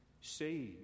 saved